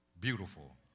Beautiful